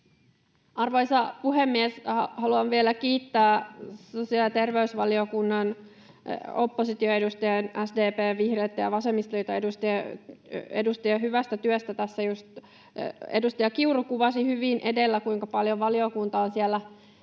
Arvoisa puhemies! Haluan vielä kiittää sosiaali- ja terveysvaliokunnan oppositioedustajia, SDP:n, vihreitten ja vasemmistoliiton edustajia, hyvästä työstä. Tässä just edustaja Kiuru kuvasi hyvin edellä, että valiokunnassa on ollut